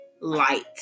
Light